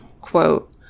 quote